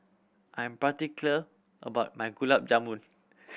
I am particular about my Gulab Jamun